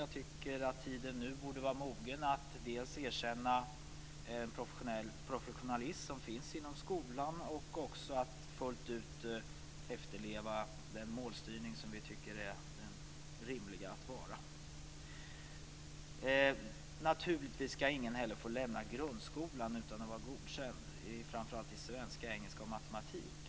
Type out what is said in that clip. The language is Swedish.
Jag tycker att tiden nu borde vara mogen att erkänna den professionalism som finns inom skolan och att fullt ut efterleva den målstyrning som vi tycker är rimlig. Ingen skall heller få lämna grundskolan utan att vara godkänd, framför allt i svenska, engelska och matematik.